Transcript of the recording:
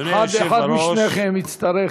אחד משניכם יצטרך,